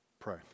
pray